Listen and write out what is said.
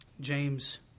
James